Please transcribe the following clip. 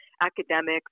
academics